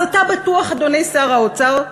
אז אתה בטוח, אדוני שר האוצר,